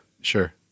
sure